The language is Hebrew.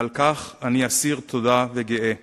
ועל כך אני אסיר תודה וגאה.